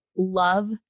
love